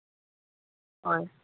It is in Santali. ᱦᱳᱭ